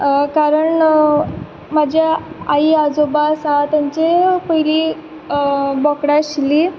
कारण म्हज्या आई आजोबा आसा तेंच्या पयलीं बोकडां आशिल्ली